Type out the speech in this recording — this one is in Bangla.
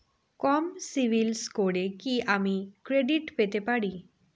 কম সিবিল স্কোরে কি আমি ক্রেডিট পেতে পারি?